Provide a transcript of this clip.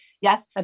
Yes